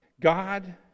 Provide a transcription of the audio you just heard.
God